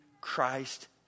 Christ